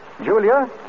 Julia